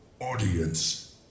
audience